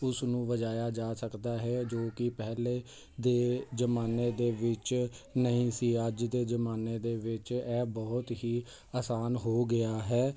ਉਸ ਨੂੰ ਵਜਾਇਆ ਜਾ ਸਕਦਾ ਹੈ ਜੋ ਕਿ ਪਹਿਲੇ ਦੇ ਜ਼ਮਾਨੇ ਦੇ ਵਿੱਚ ਨਹੀਂ ਸੀ ਅੱਜ ਦੇ ਜ਼ਮਾਨੇ ਦੇ ਵਿੱਚ ਇਹ ਬਹੁਤ ਹੀ ਆਸਾਨ ਹੋ ਗਿਆ ਹੈ